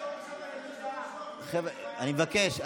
אני מבקש.